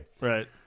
Right